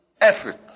effort